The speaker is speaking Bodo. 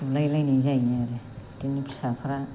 अनलाय लायनाय जायो आरो बिदिनो फिसाफोरा